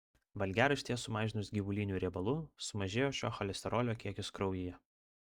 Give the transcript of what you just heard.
valgiaraštyje sumažinus gyvulinių riebalų sumažėja šio cholesterolio kiekis kraujyje